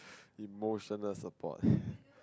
emotional support